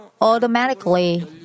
automatically